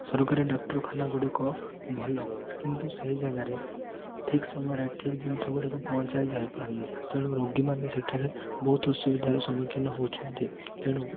ସରକାରୀ ଡାକ୍ତରଖାନା ଗୁଡ଼ିକ ଭଲ କିନ୍ତୁ ସେ ଜାଗାରେ ଠିକ ସମୟରେ ଠିକ ଜିନିଷ ଗୁଡ଼ିକ ପହଞ୍ଚାଇ ଯାଇପାରୁନି ତେଣୁ ରୋଗୀମାନେ ସେଠାରେ ବହୁତ ଅସୁବିଧାର ସମ୍ମୁଖୀନ ହେଉଛନ୍ତି ତେଣୁ